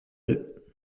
deux